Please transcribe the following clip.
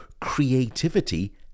creativity